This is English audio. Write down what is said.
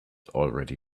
already